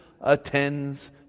attends